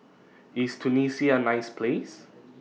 IS Tunisia A nice Place